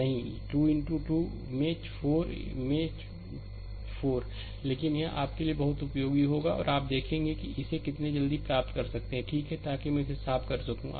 नहीं 2 इनटू 2 4 में 4 लेकिन यह आपके लिए बहुत उपयोगी होगा और आप देखेंगे कि आप इसे कितनी जल्दी प्राप्त कर सकते हैं ठीक है ताकि मैं इसे साफ करूं सही